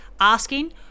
asking